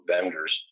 vendors